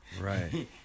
Right